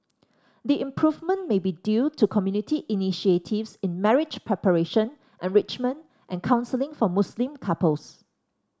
the improvement may be due to community initiatives in marriage preparation enrichment and counselling for Muslim couples